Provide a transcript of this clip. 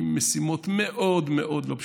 עם משימות מאוד מאוד לא פשוטות.